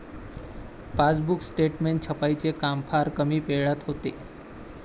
passbook statement छपाईचे काम फार कमी वेळात होते